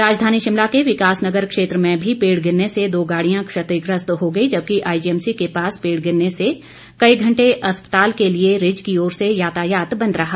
राजधानी शिमला के विकास नगर क्षेत्र में भी पेड़ गिरने से दो गाड़ियां क्षतिग्रस्त हो गई जबकि आईजीएमसी के पास पेड़ गिरने से कई घंटे अस्पताल के लिए रिज की ओर से यातायात बंद रहा